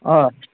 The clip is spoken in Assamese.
অঁ